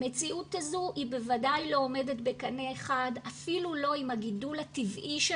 המציאות הזו היא בוודאי לא עומדת בקנה אחד אפילו לא עם הגידול הטבעי של